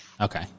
okay